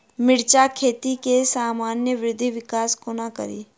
मिर्चा खेती केँ सामान्य वृद्धि विकास कोना करि?